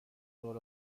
دور